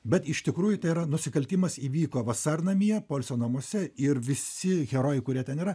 bet iš tikrųjų tai yra nusikaltimas įvyko vasarnamyje poilsio namuose ir visi herojai kurie ten yra